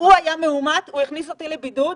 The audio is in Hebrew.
הוא היה מאומת, הוא הכניס אותי לבידוד,